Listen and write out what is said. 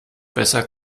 besser